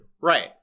Right